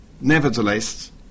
Nevertheless